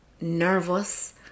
nervous